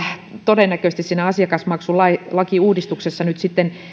todennäköisesti asiakasmaksulakiuudistuksessa